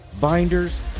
binders